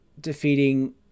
defeating